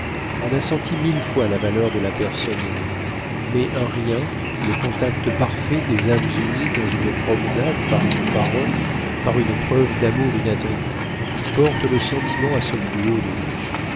on a senti mille fois la valeur de la personne aimée mais un rien le contact parfait des âmes unies dans une promenade par une parole par une preuve d'amour inattendue porte le sentiment à son plus haut degré